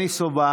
שלך,